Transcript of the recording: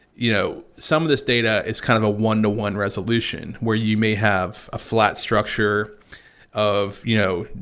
you know, some of this data is kind of one to one resolution where you may have a flat structure of, you know,